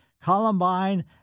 Columbine